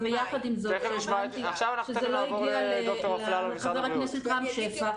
יחד עם זאת שזה לא הגיע לחבר הכנסת, רם שפע,